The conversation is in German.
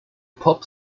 pop